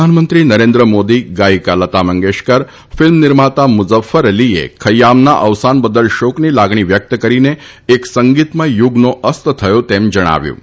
પ્રધાનમંત્રી નરેન્દ્રમોદી ગાયિકા લતા મંગેશકરફિલ્મ નિર્માતા મુજફ્ફર અલીએ ખથ્યામના અવસાન બદલ શોકની લાગણી વ્યક્ત કરીને એક સંગીતમય યુગનો અસ્ત થયો છે તેમ જણાવ્યું હતું